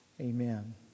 amen